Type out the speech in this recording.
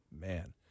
man